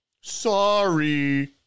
Sorry